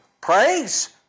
Praise